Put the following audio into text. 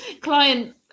client